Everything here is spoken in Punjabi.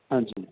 ਹਾਂਜੀ